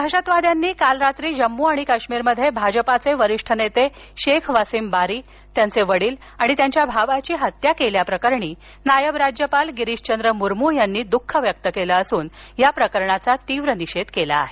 दहशतवाद्यांनी काल रात्री जम्मू आणि काश्मीरमध्ये भाजपाचे वरिष्ठ नेते शेख वासिम बारी त्यांचे वडील आणि त्यांच्या भावाची हत्या केल्याप्रकरणी नायब राज्यपाल गिरिशचंद्र मुर्मू यांनी दुःख व्यक्त केलं असून या प्रकरणाचा निषेध केला आहे